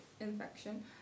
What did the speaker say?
infection